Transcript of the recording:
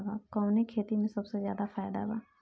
कवने खेती में सबसे ज्यादा फायदा बा?